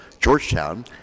Georgetown